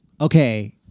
Okay